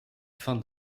fin